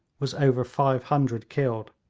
was over five hundred killed.